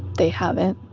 they haven't.